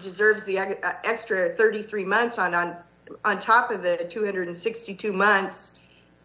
deserves the extra thirty three months on and on top of the two hundred and sixty two months